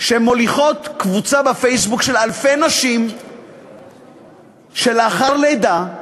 שמוליכות קבוצה בפייסבוק של אלפי נשים לאחר לידה,